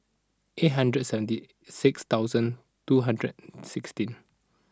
eight hundred seventy six thousand two hundred sixteen